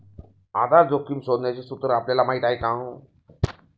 आधार जोखिम शोधण्याचे सूत्र आपल्याला माहीत आहे का?